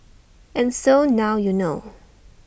and so now you know